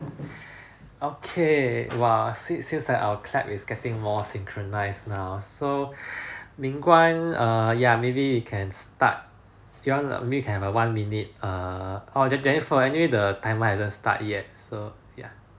okay !wah! see~ seems our clap is getting more synchronized now so ming-guan err ya maybe he can start you want maybe have a one minute err or jennifer anyway the timer hasn't start yet so ya